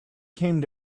came